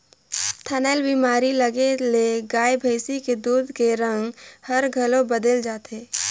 थनैल बेमारी लगे ले गाय भइसी के दूद के रंग हर घलो बदेल जाथे